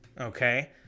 okay